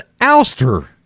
ouster